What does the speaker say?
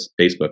facebook